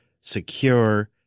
secure